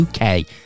uk